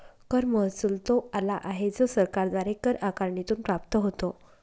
कर महसुल तो आला आहे जो सरकारद्वारे कर आकारणीतून प्राप्त होतो